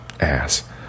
Ass